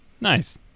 Nice